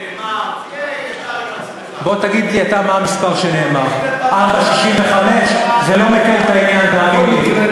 תהיה פייר, אף פעם זה לא נאמר.